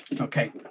Okay